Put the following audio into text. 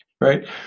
right